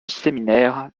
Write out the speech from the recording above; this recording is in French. séminaires